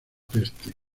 peste